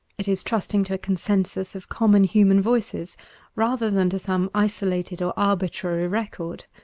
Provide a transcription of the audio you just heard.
it is trusting to a consensus of common human voices rather than to some isolated or arbitrary record.